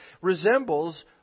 resembles